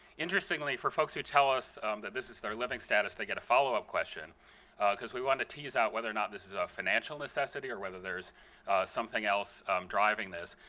interestingly, for folks who tell us that this is their living status, they get a follow-up question because we want to tease out whether or not this is a financial necessity or whether there is something else driving this.